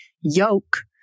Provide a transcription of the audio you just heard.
yoke